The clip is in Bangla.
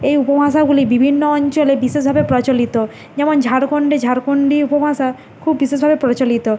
এই উপভাষাগুলি বিভিন্ন অঞ্চলে বিশেষ ভাবে প্রচলিত যেমন ঝাড়খণ্ডে ঝাড়খণ্ডী উপভাষা খুব বিশেষ ভাবে প্রচলিত